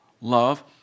love